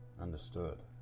Understood